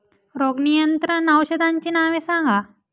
रोग नियंत्रण औषधांची नावे सांगा?